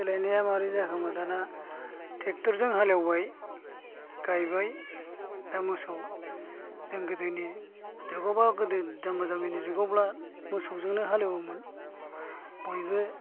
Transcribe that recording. सोलायनाया मारै जाखो होनबा दाना थेखथरजों हालेवबाय गायबाय दा मोसौजों गोदोनि जुगआवबा जों गोदो जाम्बा जाम्बिनि जुगावब्ला जों मोसौजोंनो हालेवोमोन बयबो